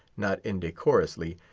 not indecorously,